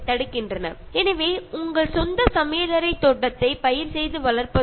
അടുത്തതായി നിങ്ങൾ വിഷമയമായ പച്ചക്കറികൾ ഉപേക്ഷിച്ച് സ്വന്തമായി കൃഷി ചെയ്യാൻ ശീലിക്കുക